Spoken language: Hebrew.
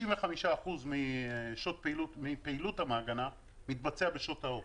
95% מפעילות המעגנה מתבצעת בשעות האור.